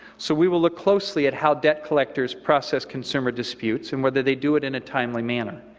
so we will look closely at how debt collectors process consumer disputes and whether they do it in a timely manner.